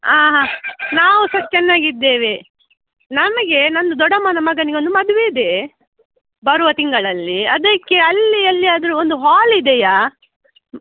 ಆಂ ಹಾಂ ನಾವೂ ಸಹ ಚೆನ್ನಾಗಿದ್ದೇವೆ ನಮಗೆ ನಮ್ಮ ದೊಡ್ಡಮ್ಮನ ಮಗನಿಗೊಂದು ಮದುವೆ ಇದೇ ಬರುವ ತಿಂಗಳಲ್ಲಿ ಅದಕ್ಕೆ ಅಲ್ಲಿ ಎಲ್ಲಿ ಆದರೂ ಒಂದು ಹಾಲ್ ಇದೆಯಾ